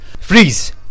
Freeze